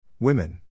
Women